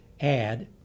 add